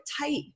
tight